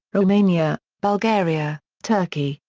rumania, bulgaria, turkey,